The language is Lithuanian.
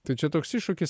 tai čia toks iššūkis